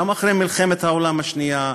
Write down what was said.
גם אחרי מלחמת העולם השנייה,